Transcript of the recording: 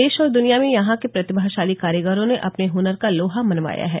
देश और दुनिया में यहां के प्रतिभाशाली कारीगरों ने अपने हुनर का लोहा मनवाया है